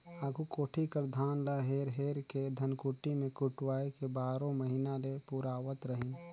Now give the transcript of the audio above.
आघु कोठी कर धान ल हेर हेर के धनकुट्टी मे कुटवाए के बारो महिना ले पुरावत रहिन